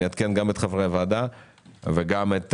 אני אעדכן גם את חברי הוועדה וגם את